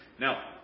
Now